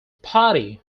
party